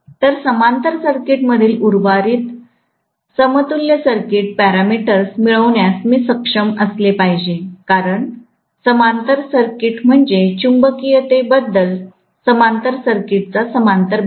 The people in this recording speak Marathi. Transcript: तर समांतर सर्किट मधील उर्वरित समतुल्य सर्किट पॅरामीटर्स मिळविण्यास मी सक्षम असले पाहिजे कारण समांतर सर्किट म्हणजेच चुंबकीयते बद्दल समांतर सर्किट चा समांतर भाग